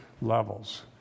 levels